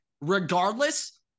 regardless